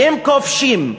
שהם כובשים.